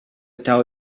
tell